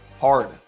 hard